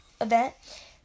event